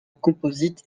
composite